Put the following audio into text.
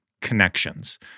connections